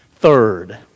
Third